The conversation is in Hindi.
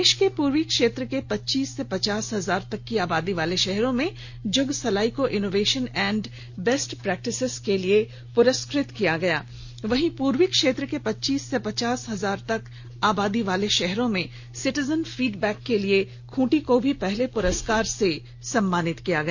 देश के पूर्वी क्षेत्र के पच्चीस से पचास हजार तक की आबादी वाले शहरों में जुगसलाई को इनोवेशन एंड बेस्ट प्रैक्टिसेज के लिए पुरस्कृत किया गया वहीं पूर्वी क्षेत्र के पच्चीस से पचास हजार तक आबादी वाले शहरों में सिटीजन फीडबैक के लिए खूटी को भी पहले पुरस्कार से सम्मानित किया गया